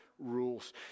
rules